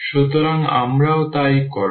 সুতরাং আমরাও তাই করব